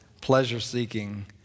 pleasure-seeking